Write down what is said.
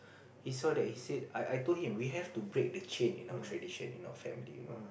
he saw that he said I I told him we have to break the chain in our tradition in our family you know